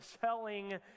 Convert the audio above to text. selling